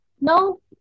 No